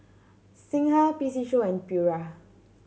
Singha P C Show and Pura